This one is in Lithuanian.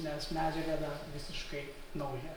nes medžiaga dar visiškai nauja